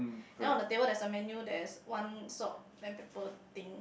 then on the table there's a menu there's one salt black pepper thing